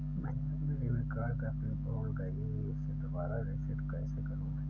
मैंने अपने debit card का पिन भूल गई, उसे दोबारा रीसेट कैसे करूँ?